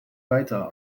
weiter